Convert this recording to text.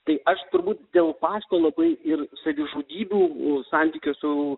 tai aš turbūt dėl pašto labai ir savižudybių santykio su